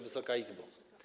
Wysoka Izbo!